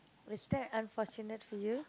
is that unfortunate for you